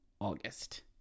August